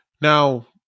Now